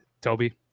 Toby